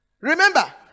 remember